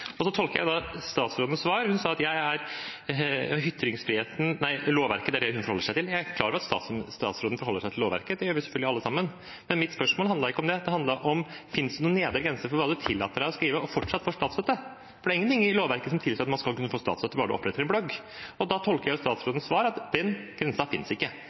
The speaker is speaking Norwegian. sa at det er lovverket hun forholder seg til. Jeg er klar over at statsråden forholder seg til lovverket. Det gjør vi selvfølgelig alle sammen. Men mitt spørsmål handlet ikke om det. Det handlet om: Finnes det noen nedre grense for hva man kan tillate seg å skrive og likevel få statsstøtte? Det er ingenting i lovverket som sier at man skal kunne få statsstøtte bare man oppretter en blogg. Jeg tolker statsrådens svar slik at den grensen ikke